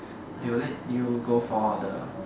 they will let you go for the